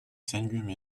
syndrome